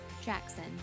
jackson